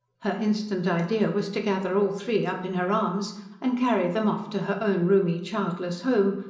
her instant idea was to gather all three up in her arms and carry them off to her own roomy, childless home,